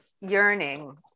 yearning